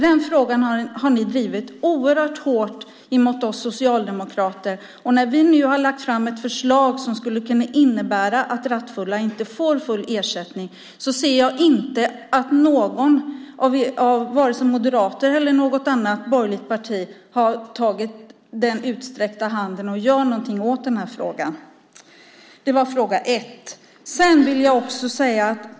Den frågan har ni drivit oerhört hårt mot oss socialdemokrater, och när vi nu har lagt fram ett förslag som skulle kunna innebära att rattfulla inte får full ersättning ser jag inte att någon av vare sig Moderaterna eller något annat borgerligt parti har tagit den utsträckta handen och gör någonting åt den här frågan.